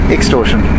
Extortion